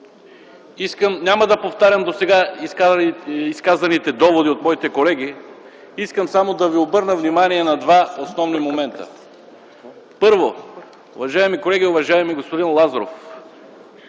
Няма да повтарям досега изказаните доводи от моите колеги, искам само да ви обърна внимание на два основни момента. Първо, уважаеми колеги и уважаеми господин Лазаров,